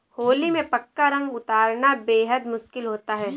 होली में पक्का रंग उतरना बेहद मुश्किल होता है